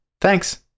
Thanks